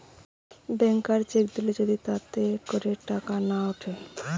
ব্যাংকার cheque দিলে যদি তাতে করে টাকা না উঠে